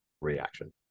reaction